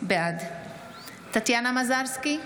בעד טטיאנה מזרסקי,